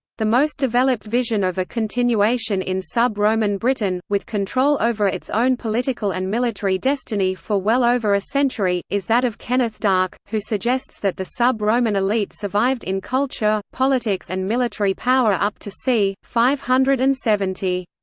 the most developed vision of a continuation in sub-roman britain, with control over its own political and military destiny for well over a century, is that of kenneth dark, who suggests that the sub-roman elite survived in culture, politics and military power up to c. five hundred and seventy.